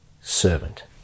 servant